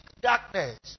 darkness